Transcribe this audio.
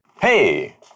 Hey